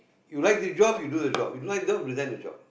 you like the job you do the job you don't wanna do resign the job